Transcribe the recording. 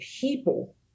people